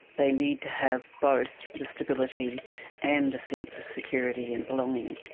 they need to have both the stability and a sense of security and belonging.